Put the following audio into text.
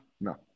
no